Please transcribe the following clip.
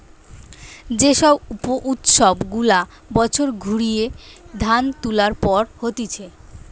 যে সব উৎসব গুলা বছর ঘুরিয়ে ধান তুলার পর হতিছে